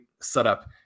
setup